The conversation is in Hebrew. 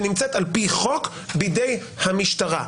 שנמצאת על פי חוק בידי המשטרה?